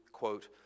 quote